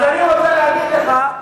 אני רוצה להגיד לך,